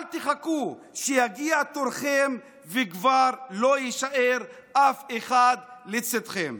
אל תחכו שיגיע תורכם וכבר לא יישאר אף אחד לצידכם.